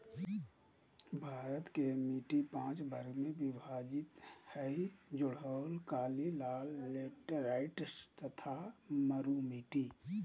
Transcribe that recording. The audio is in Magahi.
भारत के मिट्टी पांच वर्ग में विभाजित हई जलोढ़, काली, लाल, लेटेराइट तथा मरू मिट्टी